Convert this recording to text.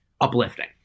uplifting